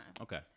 Okay